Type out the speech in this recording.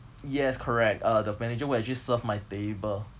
yes correct uh the manager who actually served my table